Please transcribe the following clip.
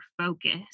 focus